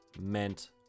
meant